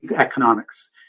economics